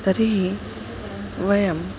तर्हि वयं